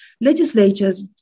legislatures